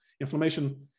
Inflammation